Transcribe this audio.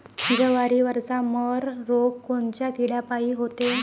जवारीवरचा मर रोग कोनच्या किड्यापायी होते?